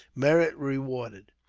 merit rewarded.